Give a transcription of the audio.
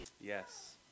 yes